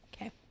okay